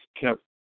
kept